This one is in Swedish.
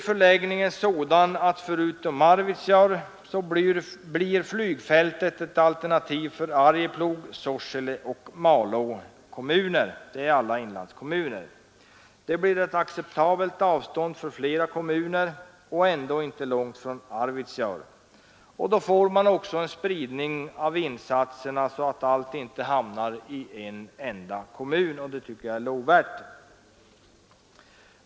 Förläggningen blir sådan att skjutfältet blir ett alternativ — förutom Arvidsjaur — för Arjeplogs, Sorsele och Malå kommuner, som alla är inlandskommuner. Det blir ett acceptabelt avstånd för flera kommuner, och det blir ändå inte långt från Arvidsjaur. Då får man också en spridning av insatserna så att inte allt hamnar i enda kommun, och det tycker jag är lovvärt.